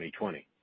2020